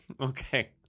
Okay